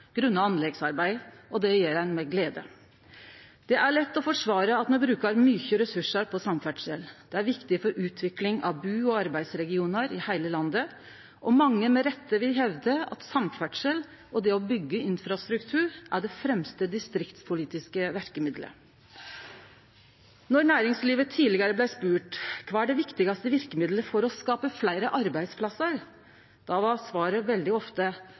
grunna anleggsarbeid – og det gjer ein med glede. Det er lett å forsvare at me brukar mykje ressursar på samferdsel. Det er viktig for utvikling av bu- og arbeidsregionar i heile landet, og mange vil med rette hevde at samferdsel og det å byggje infrastruktur er det fremste distriktspolitiske verkemiddelet. Då næringslivet tidlegare blei spurt om kva som var det viktigaste verkemiddelet for å skape fleire arbeidsplassar, var svaret veldig ofte: